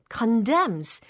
condemns